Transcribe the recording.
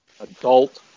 adult